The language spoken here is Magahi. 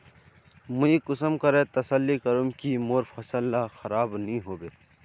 मुई कुंसम करे तसल्ली करूम की मोर फसल ला खराब नी होबे?